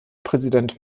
präsident